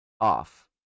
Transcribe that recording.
off